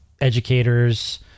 educators